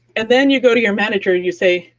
and then you go to your manager, and you say,